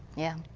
yeah.